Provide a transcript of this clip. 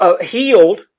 healed